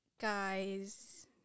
guys